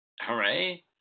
hooray